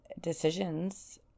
decisions